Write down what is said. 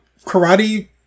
karate